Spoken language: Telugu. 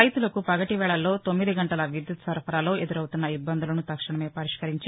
రైతులకు పగటి వేళల్లో తొమ్మిది గంటల విద్యుత్తు సరఫరాలో ఎదురవుతున్న ఇబ్బందులను తక్షణమే పరిష్కరించి